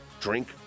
drink